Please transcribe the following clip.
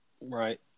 Right